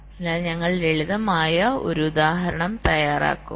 അതിനാൽ ഞങ്ങൾ ഒരു ലളിതമായ ഉദാഹരണം തയ്യാറാക്കും